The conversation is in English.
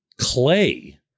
clay